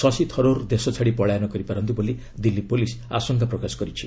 ଶଶୀ ଥରୁର୍ ଦେଶଛାଡ଼ି ପଳାୟନ କରିପାରନ୍ତି ବୋଲି ଦିଲ୍ଲୀ ପୋଲିସ୍ ଆଶଙ୍କା ପ୍ରକାଶ କରିଛି